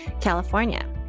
California